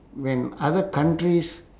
when other countries